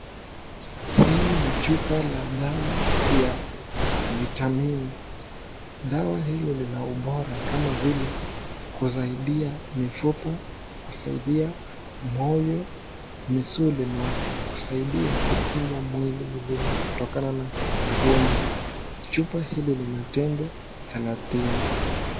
Hii ni chupa la dawa ya vitamini. Dawa hii lina ubora kama vile kusaidia mifupa, kusaidia moyo, misuli na kusaidia kukinga mwili mzima kutokana na ugonjwa. Chupa hili lina tembe thelathini.